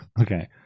okay